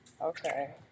Okay